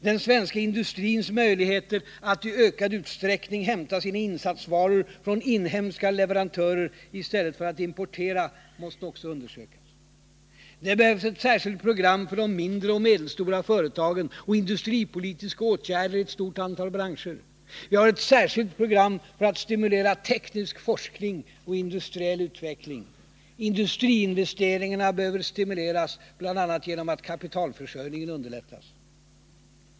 Den svenska industrins möjligheter att i ökad utsträckning hämta sina insatsvaror från inhemska leverantörer i stället för att importera, måste också undersökas. Det behövs ett särskilt program för de mindre och medelstora företagen och industripolitiska åtgärder i ett stort antal branscher. Vi har ett särskilt program för att stimulera teknisk forskning och industriell utveckling. Industriinvesteringarna behöver stimuleras, bl.a. genom att kapitalförsörjningen underlättas.